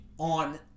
On